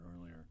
earlier